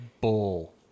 bull